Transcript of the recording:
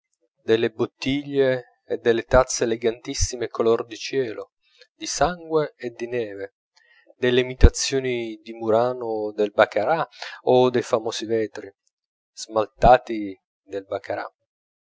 delle bottiglie e delle tazze elegantissime color di cielo di sangue e di neve delle imitazioni di murano del baccarat o dei famosi vetri smaltati del